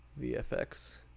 VFX